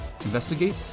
investigate